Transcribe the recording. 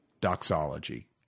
doxology